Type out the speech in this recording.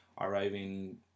arriving